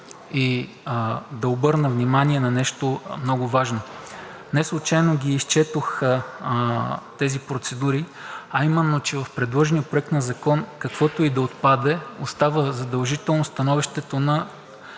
и да обърна внимание на нещо много важно. Неслучайно Ви изчетох тези процедури, а именно, че в предложения проект на закон каквото и да отпадне, остава задължително становището на